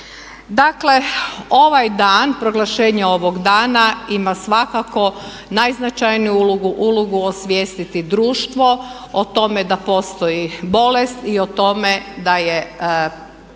Dakle ovaj dan, proglašenje ovog dana ima svakako najznačajniju ulogu, ulogu osvijestiti društvo o tome da postoji bolest i o tome da je to